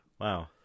Wow